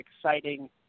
exciting